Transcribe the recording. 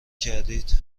کردید